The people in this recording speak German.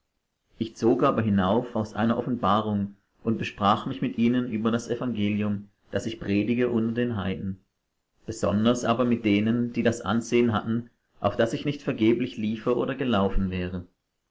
ich zog aber hinauf aus einer offenbarung und besprach mich mit ihnen über das evangelium das ich predige unter den heiden besonders aber mit denen die das ansehen hatten auf daß ich nicht vergeblich liefe oder gelaufen wäre